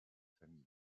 famille